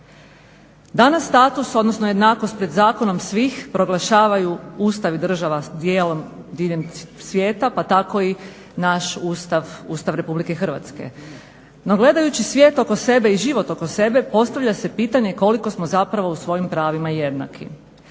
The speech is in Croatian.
Danas status, odnosno jednakost pred zakonom svih proglašavaju Ustav i država diljem svijeta, pa tako i naš Ustav, Ustav Republike Hrvatske. No, gledajući svijet oko sebe i život oko sebe postavlja se pitanje koliko smo zapravo u svojim prvima jednaki?